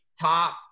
top